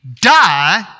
die